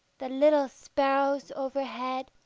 the little sparrows overhead,